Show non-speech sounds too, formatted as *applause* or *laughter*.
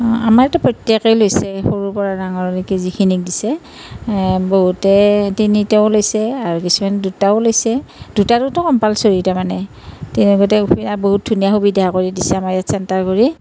আমাৰটো প্ৰত্যেকেই লৈছিল সৰুৰ পৰা ডাঙৰলৈকে যিখিনি আছে বহুতে তিনিটাও লৈছে আৰু কিছুমান দুটাও লৈছে দুটা দুটা কম্পালচৰী তাৰ মানে তেনে *unintelligible* আৰু বহুত ধুনীয়া সুবিধা কৰি দিছে আমাৰ ইয়াত চেণ্টাৰ কৰি